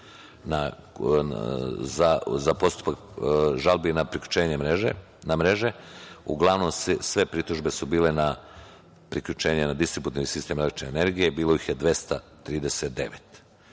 za postupak žalbi na priključenje na mreže, uglavnom sve pritužbe su bile na priključenje na distributivni sistem električne energije. Bilo ih je